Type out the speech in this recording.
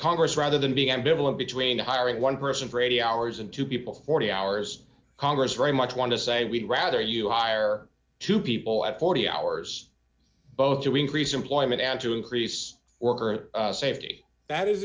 congress rather than being ambivalent between hiring one person for eighty hours and two people forty hours congress very much want to say we'd rather you hire two people at forty hours both to increase employment and to increase or her safety that is